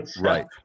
right